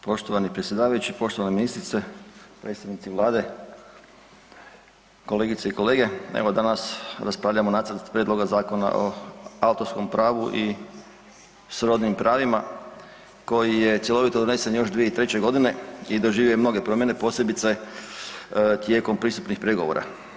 Poštovani predsjedavajući, poštovana ministrice, predstavnici Vlade, kolegice i kolege, evo danas raspravljamo o Nacrtu prijedloga Zakona o autorskom pravu i srodnim pravima koji je cjelovito donesen još 2003. i doživio je mnoge promjene posebice tijekom pristupnih pregovora.